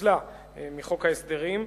פוצלה מחוק ההסדרים.